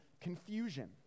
confusion